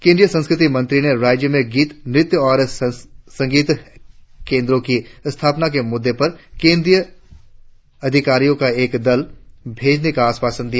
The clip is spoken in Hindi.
केंद्रीय संस्कृति मंत्री ने राज्य में गीत नृत्य और संगीत केंद्रों की स्थापना के मुद्दे पर केंद्रीय अधिकारियों का एक दल भेजने का आश्वासन दिया